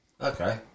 Okay